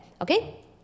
okay